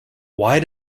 why